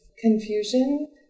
confusion